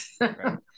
Right